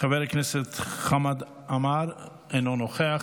חבר הכנסת אלעזר שטרן, אינו נוכח,